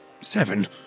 Seven